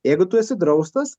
jeigu tu esi draustas